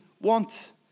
wants